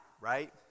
right